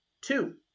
Two